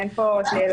אין פה שאלה.